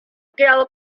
girl